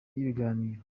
y’ibiganiro